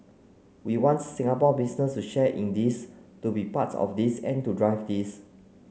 we want Singapore business to share in this to be part of this and to drive this